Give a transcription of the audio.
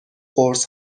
قرص